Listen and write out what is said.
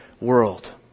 world